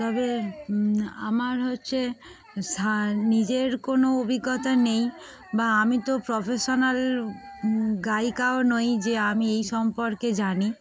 তবে আমার হচ্ছে নিজের কোনো অভিজ্ঞতা নেই বা আমি তো প্রফেশনাল গায়িকাও নই যে আমি এই সম্পর্কে জানি